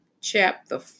chapter